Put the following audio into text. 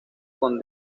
con